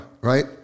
Right